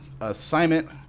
assignment